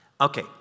Okay